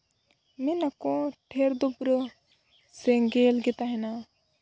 ᱢᱮᱱ ᱟᱠᱚ ᱴᱷᱮᱹᱨ ᱫᱚ ᱯᱩᱨᱟᱹ ᱥᱮᱸᱜᱮᱞ ᱜᱮ ᱛᱟᱦᱮᱱᱟ